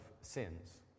sins